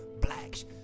blacks